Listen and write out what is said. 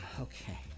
okay